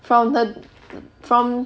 from the from